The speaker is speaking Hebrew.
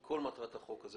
כל מטרת הצעת החוק הזאת,